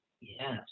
yes